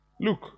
Look